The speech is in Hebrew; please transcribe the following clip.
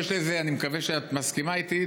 ואני מקווה שאת מסכימה איתי,